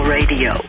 Radio